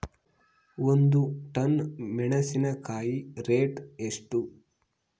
ಒಂದು ಟನ್ ಮೆನೆಸಿನಕಾಯಿ ರೇಟ್ ಎಷ್ಟು?